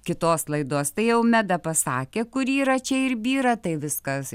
kitos laidos tai jau meda pasakė kur yra čia ir byra tai viskas